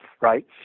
right